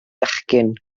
fechgyn